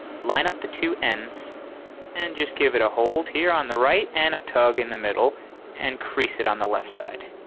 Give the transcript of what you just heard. line up the two ends and just give it a hold here on the right and a tug in the middle and crease it on the left side.